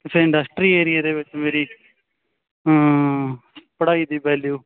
ਕਿਸੇ ਇੰਡਸਟਰੀ ਏਰੀਏ ਦੇ ਵਿੱਚ ਮੇਰੀ ਪੜ੍ਹਾਈ ਦੀ ਵੈਲਿਊ